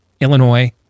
Illinois